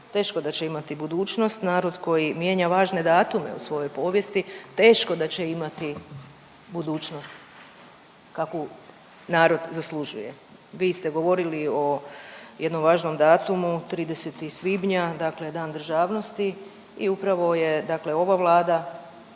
teško da će imati budućnost. Narod koji mijenja važne datume u svojoj povijesti, teško da će imati budućnost kakvu narod zaslužuje. Vi ste govorili o jednom važnom datumu, 30. svibnja dakle Dan državnosti i upravo je dakle ova Vlada